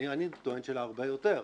אני טוען שלהרבה יותר,